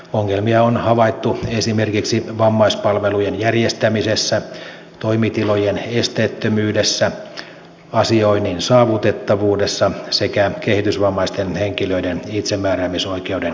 ongelmia on havaittu esimerkiksi vammaispalvelujen järjestämisessä toimitilojen esteettömyydessä asioinnin saavutettavuudessa sekä kehitysvammaisten henkilöiden itsemääräämisoikeuden rajoittamisessa